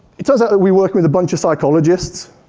it turns out we work with a bunch of psychologists,